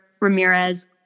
Ramirez